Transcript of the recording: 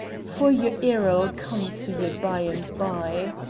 for your error'll come to ye by-and-by.